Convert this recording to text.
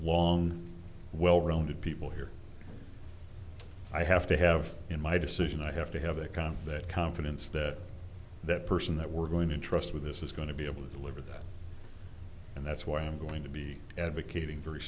long well rounded people here i have to have in my decision i have to have a calm that confidence that that person that we're going to trust with this is going to be able to live with that and that's why i'm going to be advocating very